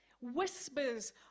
Whispers